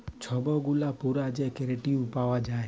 ছব গুলা পুরা যে কেরডিট পাউয়া যায়